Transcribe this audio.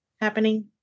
happening